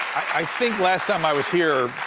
i think last time i was here,